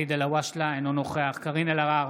אינו נוכח קארין אלהרר,